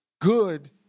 good